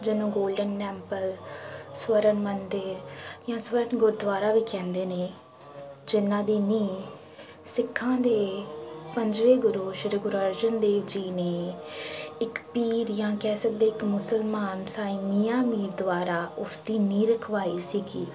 ਜਿਹਨੂੰ golden temple Swarn Mandir ਜਾਂ ਸਵਰਨ ਗੁਰਦੁਆਰਾ ਵੀ ਕਹਿੰਦੇ ਨੇ ਜਿਨ੍ਹਾਂ ਦੀ ਨੀਂਹ ਸਿੱਖਾਂ ਦੇ ਪੰਜਵੇਂ ਗੁਰੂ ਸ਼੍ਰੀ ਗੁਰੂ ਅਰਜਨ ਦੇਵ ਜੀ ਨੇ ਇੱਕ ਪੀਰ ਜਾਂ ਕਹਿ ਸਕਦੇ ਇੱਕ ਮੁਸਲਮਾਨ ਸਾਈ ਮੀਆਂ ਮੀਰ ਦੁਆਰਾ ਉਸਦੀ ਨੀਂਹ ਰਖਵਾਈ ਸੀਗੀ